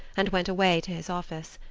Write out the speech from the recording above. and went away to his office.